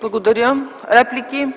ПРЕДСЕДАТЕЛ